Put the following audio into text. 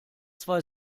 zwei